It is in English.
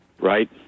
right